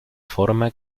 forma